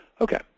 Okay